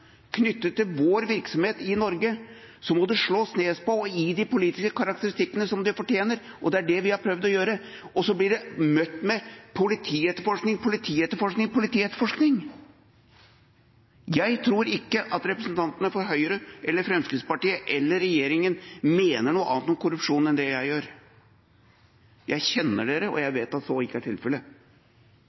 knyttet til vår virksomhet i Norge, må det slås ned på og gis de politiske karakteristikkene som det fortjener. Det er det vi har prøvd å gjøre. Og så blir det møtt med politietterforskning, politietterforskning, politietterforskning. Jeg tror ikke at representantene for Høyre eller Fremskrittspartiene eller regjeringa mener noe annet om korrupsjon enn det jeg gjør. Jeg kjenner alle, og jeg vet at så ikke er tilfellet.